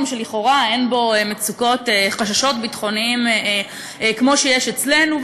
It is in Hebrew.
שלכאורה אין בו חששות ביטחוניים כמו שיש אצלנו,